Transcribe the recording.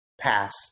pass